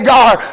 God